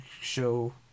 show